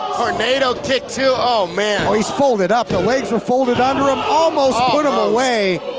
tornado kick too, oh man. oh, he's folded up, the legs were folded under him, almost put him away.